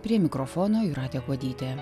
prie mikrofono jūratė kuodytė